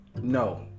no